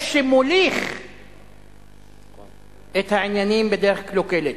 או שמוליך את העניינים בדרך קלוקלת.